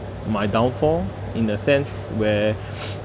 my downfall in the sense where